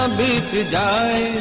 to die.